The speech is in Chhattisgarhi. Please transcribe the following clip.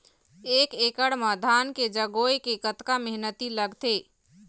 एक एकड़ म धान के जगोए के कतका मेहनती लगथे?